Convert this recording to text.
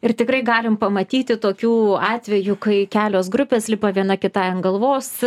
ir tikrai galim pamatyti tokių atvejų kai kelios grupės lipa viena kitai ant galvos